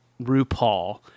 RuPaul